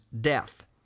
death